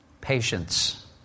patience